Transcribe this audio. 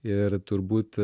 ir turbūt